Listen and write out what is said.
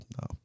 No